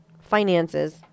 finances